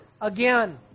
again